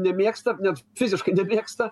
nemėgsta net fiziškai nemėgsta